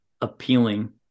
appealing